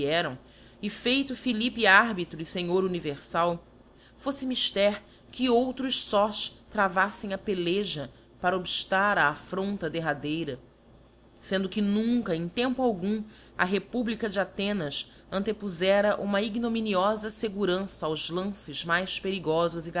vieram e feito philippe arbitro e fenhor univerfal foffe mifter que outros sós travaffem a peleja para obftar á affronta derradeira sendo que nunca em tempo algum a republica de athenas antepozera uma ignominiofa fegurança aos lances mais perigofos